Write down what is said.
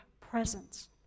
presence